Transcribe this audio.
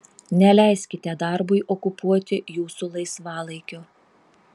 neleiskite darbui okupuoti jūsų laisvalaikio